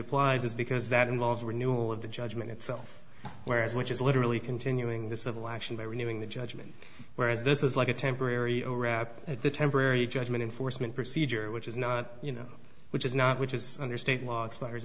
applies is because that involves a renewal of the judgment itself whereas which is literally continuing the civil action by renewing the judgment whereas this is like a temporary orap at the temporary judgment enforcement procedure which is not you know which is not which is under state law